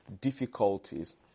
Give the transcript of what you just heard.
difficulties